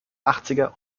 achtziger